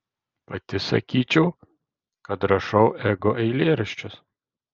pati sakyčiau kad rašau ego eilėraščius